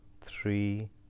three